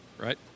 Right